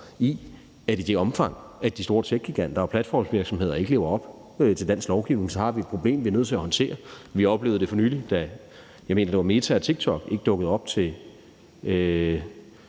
i, at i det omfang, at de store techgiganter og platformsvirksomheder ikke lever op til dansk lovgivning, har vi et problem, vi er nødt til at håndtere. Vi oplevede det for nylig, da Meta og TikTok, mener jeg det var, ikke dukkede op til